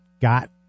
got